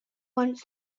wants